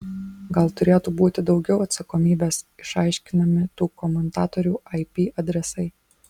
gal turėtų būti daugiau atsakomybės išaiškinami tų komentatorių ip adresai